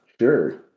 Sure